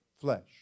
flesh